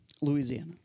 Louisiana